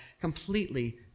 completely